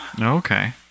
okay